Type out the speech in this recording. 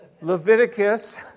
Leviticus